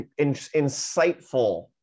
insightful